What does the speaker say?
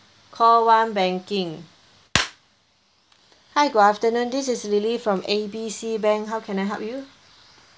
call one banking hi good afternoon this is lily from A B C bank how can I help you